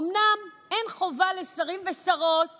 אומנם אין חובה לשרים ושרות